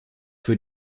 für